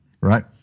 Right